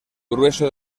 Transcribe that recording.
grueso